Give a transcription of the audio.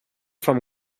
from